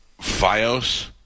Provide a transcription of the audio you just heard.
Fios